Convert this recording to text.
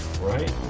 Right